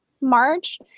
March